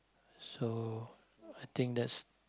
so I think that's